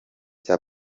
cya